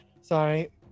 Sorry